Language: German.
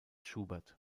schubert